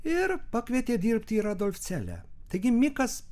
ir pakvietė dirbti į radolfcelę taigi mikas